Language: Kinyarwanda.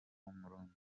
w’umurundi